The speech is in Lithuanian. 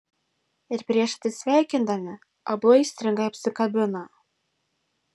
ir prieš atsisveikindami abu aistringai apsikabina